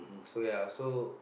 so ya so